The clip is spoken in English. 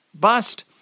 bust